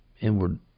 inward